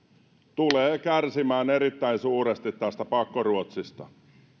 tulee kärsimään erittäin suuresti tästä pakkoruotsista